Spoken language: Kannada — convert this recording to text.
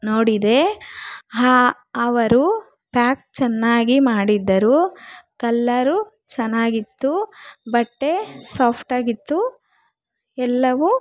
ನೋಡಿದೆ ಹಾ ಅವರು ಪ್ಯಾಕ್ ಚೆನ್ನಾಗಿ ಮಾಡಿದ್ದರು ಕಲ್ಲರು ಚೆನ್ನಾಗಿ ಇತ್ತು ಬಟ್ಟೆ ಸಾಫ್ಟಾಗಿತ್ತು ಎಲ್ಲವು